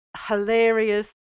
hilarious